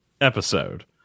episode